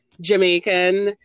Jamaican